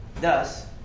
Thus